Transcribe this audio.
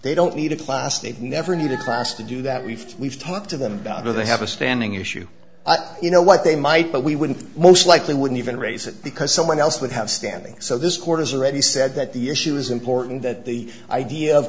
they don't need a class they'd never need a class to do that we've we've talked to them about oh they have a standing issue you know what they might but we wouldn't most likely wouldn't even raise it because someone else would have standing so this court has already said that the issue is important that the idea of